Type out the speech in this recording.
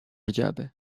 جعبه